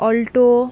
alto